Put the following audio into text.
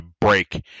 break